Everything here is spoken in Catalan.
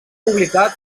publicat